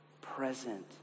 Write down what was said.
present